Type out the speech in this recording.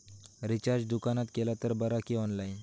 Recharge दुकानात केला तर बरा की ऑनलाइन?